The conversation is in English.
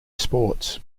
sports